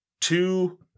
Two